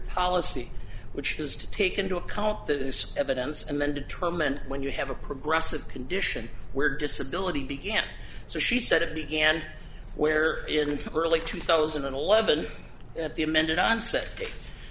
policy which has to take into account this evidence and then determine when you have a progressive condition where disability began so she said it began where in early two thousand and eleven at the amended onset